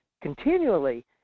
continually